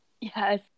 Yes